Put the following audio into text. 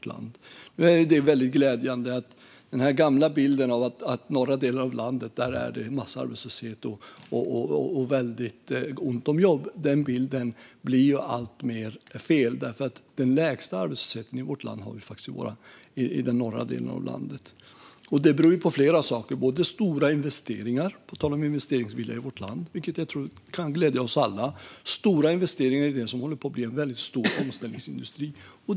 Det är väldigt glädjande att den gamla bilden att det i den norra delen av landet är en massa arbetslöshet och väldigt ont om jobb blir alltmer fel. Den lägsta arbetslösheten i vårt land har vi faktiskt i den norra delen av landet. Det beror på flera saker, bland annat stora investeringar - på tal om investeringsviljan i vårt land - vilket jag tror kan glädja oss alla. Det sker stora investeringar i det som håller på att bli en väldigt stor omställningsindustri.